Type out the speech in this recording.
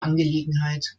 angelegenheit